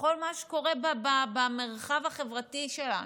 בכל מה שקורה במרחב החברתי שלנו,